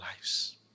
lives